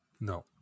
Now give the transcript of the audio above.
No